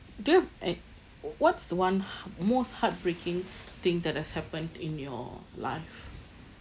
do you have an~ what's the one h~ most heartbreaking thing that has happened in your life